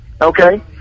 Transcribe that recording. okay